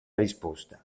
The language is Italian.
risposta